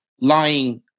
lying